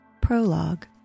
Prologue